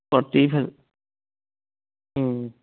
party ꯎꯝ